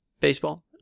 baseball